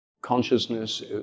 consciousness